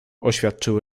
oświadczył